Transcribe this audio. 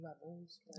levels